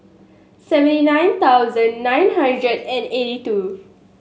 seventy nine thousand nine hundred and eighty two